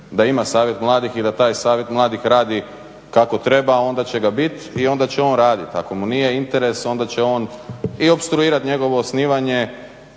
da ima savjet mladih i da taj savjet mladih radi kako treba onda će ga biti i onda će on raditi. ako mu nije interes onda će on i opstruirati njegovo osnivanje